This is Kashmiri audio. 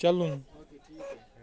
چلُن